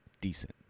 decent